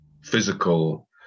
physical